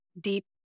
deep